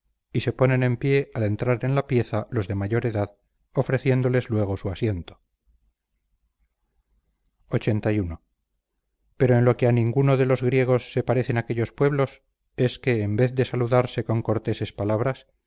y se ponen en pie al entrar en la pieza los de mayor edad ofreciéndoles luego su asiento lxxxi pero en lo que a ninguno de los griegos se parecen aquellos pueblos es que en vez de saludarse con corteses palabras